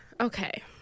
okay